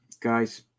Guys